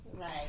Right